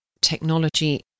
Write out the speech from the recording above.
technology